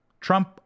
Trump